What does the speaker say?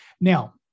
Now